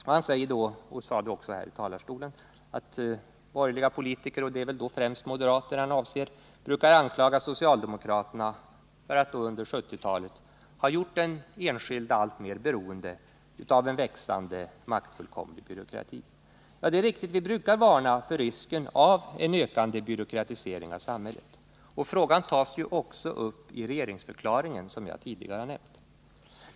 Han har då sagt, och han sade det även här i talarstolen, att borgerliga politiker — det är väl främst då moderater han avser — brukar anklaga socialdemokraterna för att under 1970-talet ha gjort den enskilde alltmer beroende av en växande maktfullkomlig byråkrati. Ja, det är riktigt att vi brukar varna för risken med en ökande byråkratisering i samhället, och den frågan tas ju också upp i regeringsförklaringen, såsom jag tidigare nämnt.